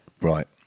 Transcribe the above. Right